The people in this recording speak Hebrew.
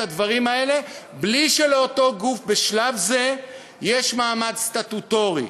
הדברים האלה בלי שלאותו גוף בשלב זה יש מעמד סטטוטורי.